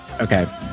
Okay